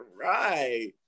Right